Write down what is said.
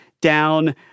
down